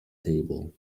table